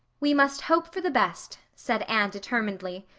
we must hope for the best, said anne determinedly.